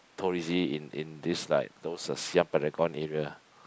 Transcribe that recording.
touristy in in this like those uh Siam-Paragon area